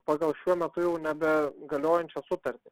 pagal šiuo metu jau nebegaliojančią sutartį